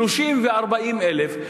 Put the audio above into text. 30,000 ו-40,000.